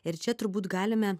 ir čia turbūt galime